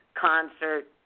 concert